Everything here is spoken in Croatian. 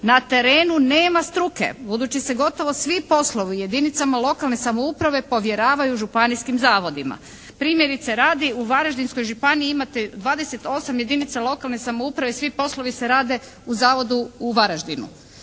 na terenu nema struke budući se gotovo svi poslovi u jedinicama lokalne samouprave povjeravaju županijskim zavodima. Primjerice radi u Varaždinskoj županiji imate 28 jedinica lokalne samouprave. Svi poslovi se rade u zavodu u Varaždinu.